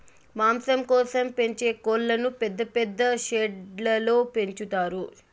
మాంసం కోసం పెంచే కోళ్ళను పెద్ద పెద్ద షెడ్లలో పెంచుతారు